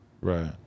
Right